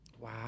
Wow